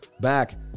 back